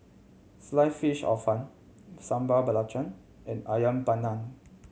Sliced Fish Hor Fun Sambal Belacan and Ayam Panggang